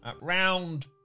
round